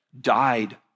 died